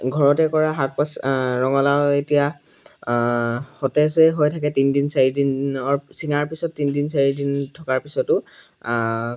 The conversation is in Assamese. ঘৰতে কৰা শাক পাচলি ৰঙালাও এতিয়া সতেজেই হৈ থাকে তিনিদিন চাৰিদিনৰ চিঙাৰ পিছত তিনিদিন চাৰিদিন থকাৰ পিছতো